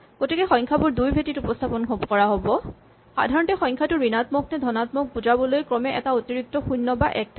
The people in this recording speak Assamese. গতিকে সংখ্যাবোৰ ২ ৰ ভেটিত উপস্হাপন কৰা হ'ব সাধাৰণতে সংখ্যাটো ঋণাত্মক নে ধনাত্মক বুজাবলৈ ক্ৰমে এটা অতিৰিক্ত শূণ্য বা এক থাকে